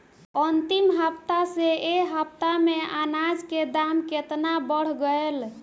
अंतिम हफ्ता से ए हफ्ता मे अनाज के दाम केतना बढ़ गएल?